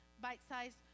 bite-sized